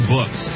Books